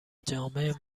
جامع